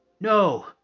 no